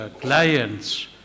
clients